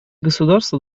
государства